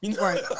Right